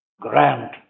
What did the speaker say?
Grant